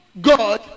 God